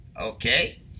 Okay